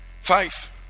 Five